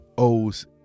owes